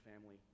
family